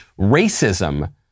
racism